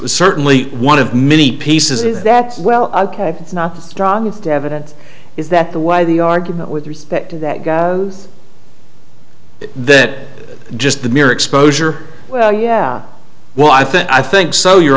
was certainly one of many pieces that's well it's not the strongest evidence is that the way the argument with respect to that is that just the mere exposure well yeah well i think i think so your